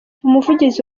umuvugizi